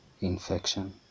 infection